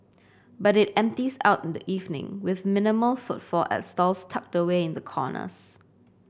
but it empties out in the evening with minimal footfall at stalls tucked away in the corners